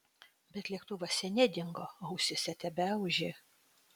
bet lėktuvas seniai dingo o ausyse tebeūžė